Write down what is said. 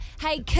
hey